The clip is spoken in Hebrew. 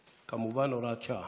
כמובן, הוראת שעה.